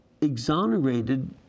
exonerated